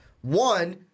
one